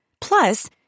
Plus